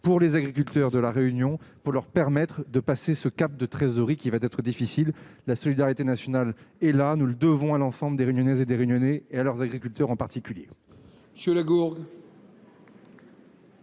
pour les agriculteurs de la Réunion pour leur permettre de passer ce cap de trésorerie qui va être difficile, la solidarité nationale et là, nous le devons à l'ensemble des lyonnaises et des Réunionnais et à leurs agriculteurs, en particulier.